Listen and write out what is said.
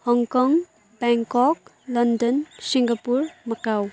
Hong Kong Bangkok London Singapore Macau